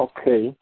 Okay